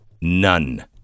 None